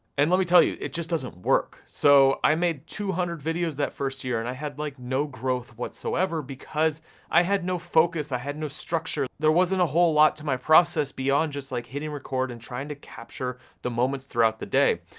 and let me tell you, it just doesn't work. so, i made two hundred videos that first year, and i had like, no growth whatsoever, because i had no focus, i had no structure, there wasn't a whole lot to my process, beyond just, like, hitting record, and trying to capture the moments throughout the day.